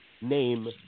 name